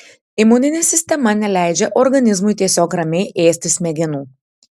imuninė sistema neleidžia organizmui tiesiog ramiai ėsti smegenų